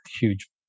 huge